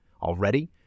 already